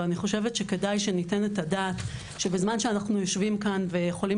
ואני חושבת שכדאי שניתן את הדעת שבזמן שאנחנו יושבים כאן ויכולים